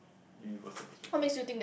universal perspective